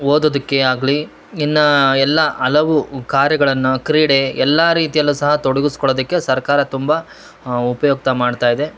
ಓದೋದಕ್ಕೆ ಆಗಲಿ ಇನ್ನ ಎಲ್ಲಾ ಹಲವು ಕಾರ್ಯಗಳನ್ನ ಕ್ರೀಡೆ ಎಲ್ಲಾ ರೀತಿಯಲ್ಲೂ ಸಹ ತೊಡುಗುಸ್ಕೊಳದಕ್ಕೆ ಸರ್ಕಾರ ತುಂಬಾ ಉಪಯುಕ್ತ ಮಾಡ್ತಾ ಇದೆ